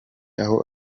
aho